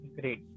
Great